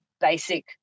basic